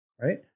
right